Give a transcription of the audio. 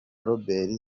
robert